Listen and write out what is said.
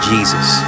Jesus